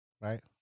right